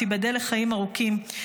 תיבדל לחיים ארוכים,